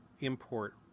import